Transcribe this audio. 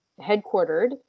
headquartered